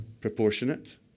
proportionate